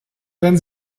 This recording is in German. werden